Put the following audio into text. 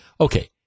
Okay